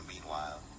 meanwhile